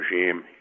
regime